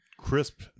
Crisp